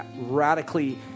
radically